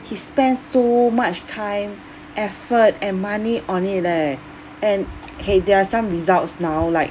he spend so much time effort and money on it leh and there are some results now like